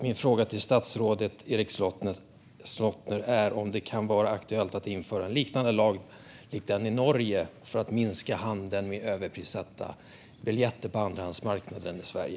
Min fråga till statsrådet Erik Slottner är om det kan vara aktuellt att införa en liknande lag som den i Norge för att minska handeln med överprissatta biljetter på andrahandsmarknaden i Sverige.